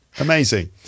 Amazing